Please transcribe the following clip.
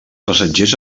passatgers